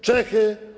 Czechy?